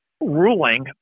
ruling